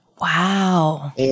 Wow